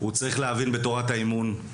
הוא צריך להבין בתורת האימון,